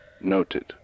Noted